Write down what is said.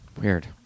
Weird